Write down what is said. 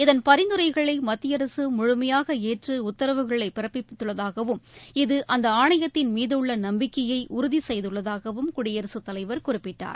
இதன் பரிந்துரைகளை மத்திய அரசு முழுமையாக ஏற்று உத்தரவுகளை பிறப்பிப்பதாகவும் இது அந்த ஆணையத்தின் மீதுள்ள நம்பிக்கையை உறுதி செய்துள்ளதாகவும் குடியரசுத்தலைவர் குறிப்பிட்டார்